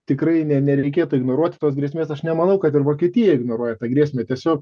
tikrai ne nereikėtų ignoruoti tos grėsmės aš nemanau kad ir vokietija ignoruoja tą grėsmę tiesiog